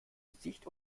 gesicht